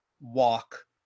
walk